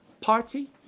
party